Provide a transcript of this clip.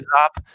up